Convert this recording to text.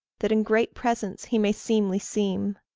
that in great presence he may seemly seem?